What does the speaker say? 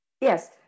Yes